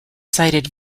cited